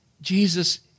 Jesus